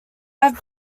have